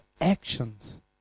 actions